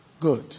Good